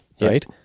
right